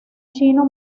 chino